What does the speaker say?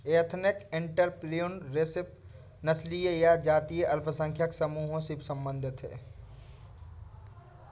ethnic entrepreneurship नस्लीय या जातीय अल्पसंख्यक समूहों से संबंधित हैं